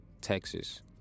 Texas